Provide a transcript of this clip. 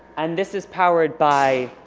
and this is powered by